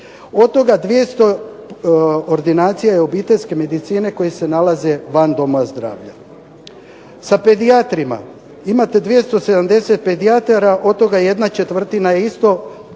Od toga 200 ordinacije je obiteljske medicine koje se nalaze van doma zdravlja. Sa pedijatrima. Imate 270 pedijatara od toga jedna četvrtina je isto